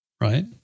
right